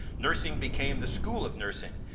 nursing became the school of nursing,